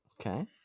Okay